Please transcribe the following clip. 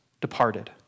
departed